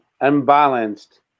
unbalanced